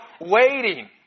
waiting